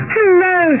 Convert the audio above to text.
Hello